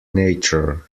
nature